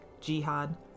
jihad